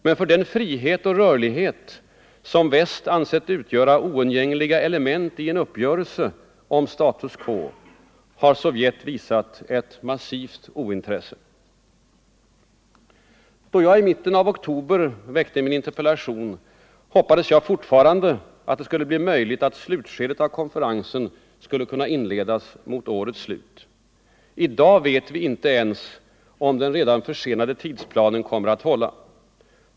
Men för den frihet och rörlighet som väst ansett utgöra oundgängliga element i en uppgörelse om status quo har Sovjet visat ett massivt ointresse. Då jag i mitten av oktober framställde min interpellation hoppades jag fortfarande att det skulle bli möjligt att slutskedet av konferensen skulle kunna inledas mot årets slut. I dag vet vi inte ens om den redan försenade tidsplanen kommer att hålla.